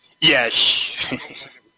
yes